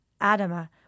Adama